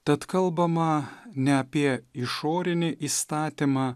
tad kalbama ne apie išorinį įstatymą